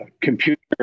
computer